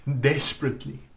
desperately